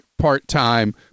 part-time